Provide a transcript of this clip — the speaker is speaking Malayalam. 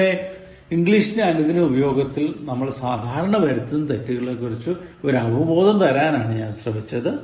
ഇവിടെ ഇംഗ്ലീഷിന്റെ അനുദിന ഉപയോഗത്തിൽ നമ്മൾ സാധാരണ വരുത്തുന്ന തെറ്റുകളെക്കുറിച്ച് ഒരു അവബോധം തരാനാണ് ഞാൻ ശ്രമിച്ചത്